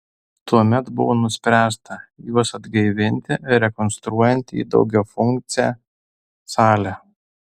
tuomet buvo nuspręsta juos atgaivinti rekonstruojant į daugiafunkcę salę